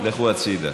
אז בבקשה, לכו הצדה.